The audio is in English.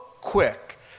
quick